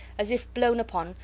as if blown upon,